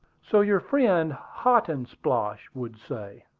so your friend hotandsplosh would say.